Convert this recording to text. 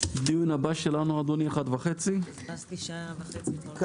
הישיבה ננעלה בשעה 12:53.